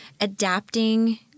adapting